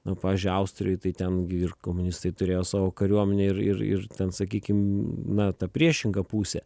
na pavyzdžiui austrijoj tai ten ir komunistai turėjo savo kariuomenę ir ir ir ten sakykim na ta priešinga pusė